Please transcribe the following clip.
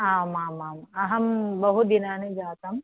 आम् आमाम् अहं बहु दिनानि जातम्